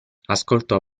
ascoltò